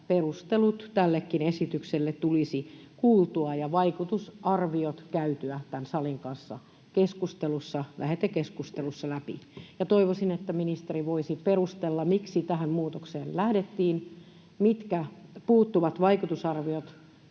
perustelut tällekin esitykselle ja käytyä vaikutusarviot läpi tämän salin kanssa lähetekeskustelussa. Toivoisin, että ministeri voisi perustella, miksi tähän muutokseen lähdettiin, miksi vaikutusarvioita